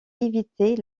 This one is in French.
éviter